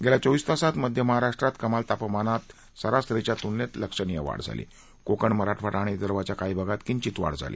गे या चोवीस तासात म य महारा ात कमाल तापमानात सरासरी या तुलनेत ल णीय वाढ झाली कोकण मराठवाडा आणि विदभा या काही भागात विंचित वाढ झाली